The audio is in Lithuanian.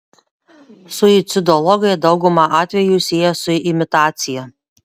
suicidologai daugumą atvejų sieja su imitacija